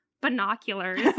binoculars